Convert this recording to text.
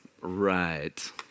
Right